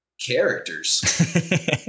characters